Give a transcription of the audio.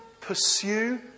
pursue